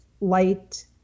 light